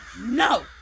No